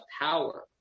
power